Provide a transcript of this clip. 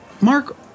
Mark